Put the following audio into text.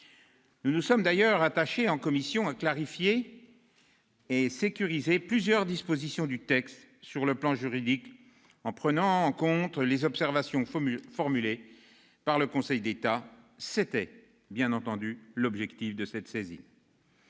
Nous nous sommes d'ailleurs attachés, en commission, à clarifier et sécuriser plusieurs dispositions du texte sur le plan juridique, en prenant en compte les observations formulées par le Conseil d'État. C'était l'objectif de cette saisine.